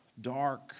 dark